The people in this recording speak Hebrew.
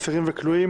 אסירים וכלואים),